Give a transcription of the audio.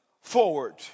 forward